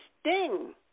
sting